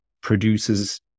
produces